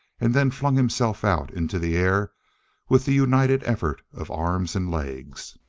and then flung himself out into the air with the united effort of arms and legs.